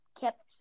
kept